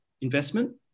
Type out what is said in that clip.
investment